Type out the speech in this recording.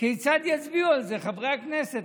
כיצד יצביעו על זה חברי הכנסת.